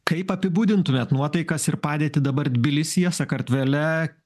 kaip apibūdintumėt nuotaikas ir padėtį dabar tbilisyje sakartvele